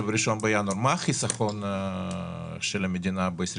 אם אתם מפעילים את זה ב-1 בינואר מה החיסכון של המדינה ב-22'?